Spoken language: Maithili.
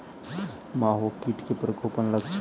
माहो कीट केँ प्रकोपक लक्षण?